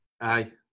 Aye